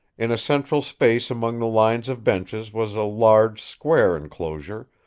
in a central space among the lines of benches was a large square enclosure,